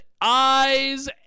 eyes